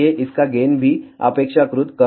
इसलिए इसका गेन भी अपेक्षाकृत कम है